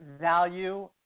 value